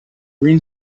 green